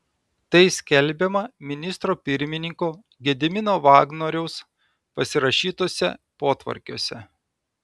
tai skelbiama ministro pirmininko gedimino vagnoriaus pasirašytuose potvarkiuose